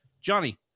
Johnny